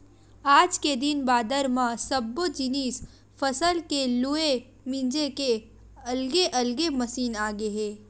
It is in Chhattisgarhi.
आज के दिन बादर म सब्बो जिनिस फसल के लूए मिजे के अलगे अलगे मसीन आगे हे